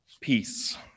Peace